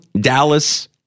Dallas